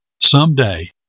someday